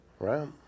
Right